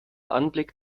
anblick